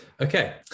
Okay